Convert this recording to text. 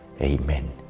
Amen